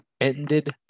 ended